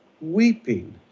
Weeping